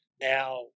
now